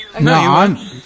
No